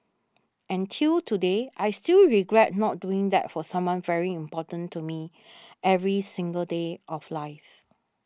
and till today I still regret not doing that for someone very important to me every single day of life